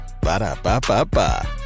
Ba-da-ba-ba-ba